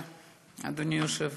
תודה, אדוני היושב-ראש.